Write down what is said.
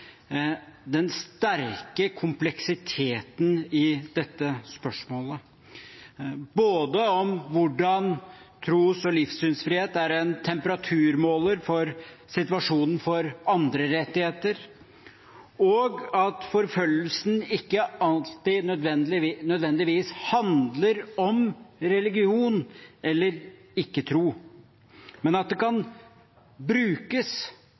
den store kompleksiteten i dette spørsmålet, både om hvordan tros- og livssynsfrihet er en temperaturmåler for situasjonen for andre rettigheter, og om at forfølgelsen ikke alltid nødvendigvis handler om religion eller ikke-tro, men at det kan brukes